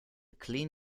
clean